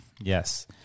Yes